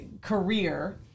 career